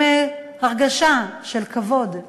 עם הרגשה של כבוד,